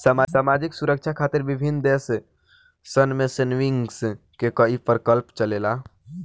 सामाजिक सुरक्षा खातिर विभिन्न देश सन में सेविंग्स के ई प्रकल्प चलेला